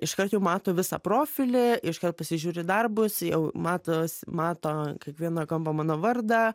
iškart jau mato visą profilį iškart pasižiūri darbus jau matos mato kiekvieną kampą mano vardą